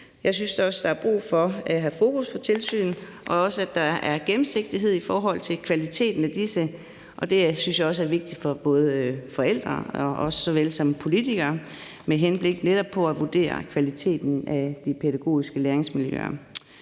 Jeg synes da også, der er brug for at have fokus på tilsynene, og at der også er gennemsigtighed i forhold til kvaliteten af disse, og at det også er vigtigt for både forældre og også politikere med henblik på netop på at kunne vurdere kvaliteten af de pædagogiske læringsmiljøer.